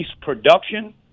production